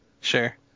Sure